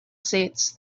sets